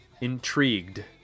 intrigued